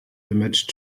image